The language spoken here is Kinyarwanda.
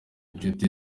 inshuti